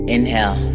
Inhale